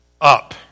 up